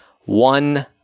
one